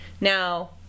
Now